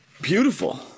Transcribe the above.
beautiful